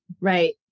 right